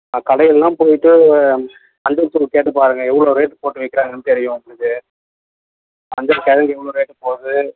கடையிலெலாம் போய்ட்டு மஞ்சள்தூள் கேட்டுப்பாருங்கள் எவ்வளோ ரேட் போட்டு விற்கிறாங்கன்னு தெரியும் உங்களுக்கு மஞ்சள் கெழங்கு எவ்வளோ ரேட்க்கு போகுது